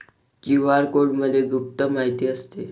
QR कोडमध्ये गुप्त माहिती असते